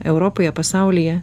europoje pasaulyje